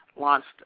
launched